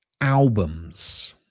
albums